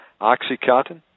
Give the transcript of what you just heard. Oxycontin